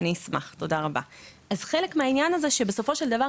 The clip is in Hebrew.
חלק מהעניין הוא שבסופו של דבר,